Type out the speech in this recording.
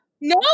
no